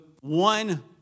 one